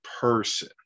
person